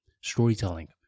storytelling